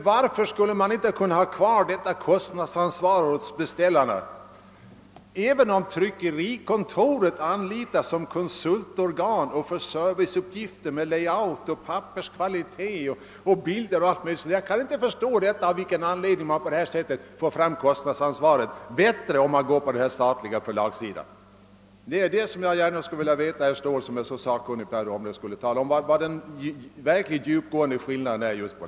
Varför skulle inte kostnadsansvaret kunna ligga hos beställarna, även om tryckerikontoret anlitades som konsult, för serviceuppgifter, layout, papperskvalitet, bilder och allt möjligt annat? Jag kan inte förstå av vilken anledning man bättre skulle kunna få kostnadsansvar och kontroll genom att överföra det hela till ett statligt förlag. Jag skulle gärna vilja att herr Ståhl, som är så sakkunnig på detta område, talade om vari den djupgående skillnaden ligger.